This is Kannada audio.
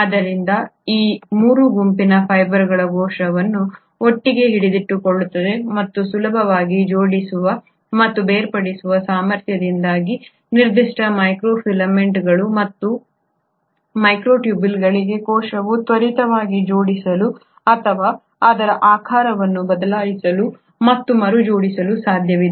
ಆದ್ದರಿಂದ ಈ 3 ಗುಂಪಿನ ಫೈಬರ್ಗಳು ಕೋಶವನ್ನು ಒಟ್ಟಿಗೆ ಹಿಡಿದಿಟ್ಟುಕೊಳ್ಳುತ್ತವೆ ಮತ್ತು ಸುಲಭವಾಗಿ ಜೋಡಿಸುವ ಮತ್ತು ಬೇರ್ಪಡಿಸುವ ಸಾಮರ್ಥ್ಯದಿಂದಾಗಿ ನಿರ್ದಿಷ್ಟವಾಗಿ ಮೈಕ್ರೊಫಿಲೆಮೆಂಟ್ಗಳು ಮತ್ತು ಮೈಕ್ರೊಟ್ಯೂಬ್ಯೂಲ್ಗಳಿಗೆ ಕೋಶವು ತ್ವರಿತವಾಗಿ ಜೋಡಿಸಲು ಅಥವಾ ಅದರ ಆಕಾರವನ್ನು ಬದಲಾಯಿಸಲು ಮತ್ತು ಮರುಜೋಡಿಸಲು ಸಾಧ್ಯವಿದೆ